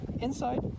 Inside